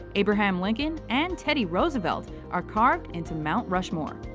abraham lincoln, and teddy roosevelt are carved into mount rushmore.